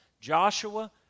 Joshua